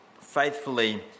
faithfully